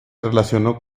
relacionó